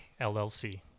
llc